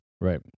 Right